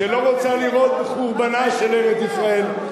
שלא רוצה לראות בחורבנה של ארץ-ישראל,